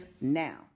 now